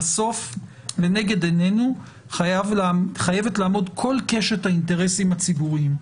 בסוף לנגד עינינו חייבת לעמוד כל קשת האינטרסים הציבוריים.